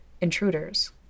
Intruders